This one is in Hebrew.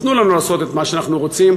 תנו לנו לעשות את מה שאנחנו רוצים.